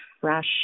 fresh